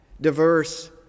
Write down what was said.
diverse